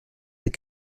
that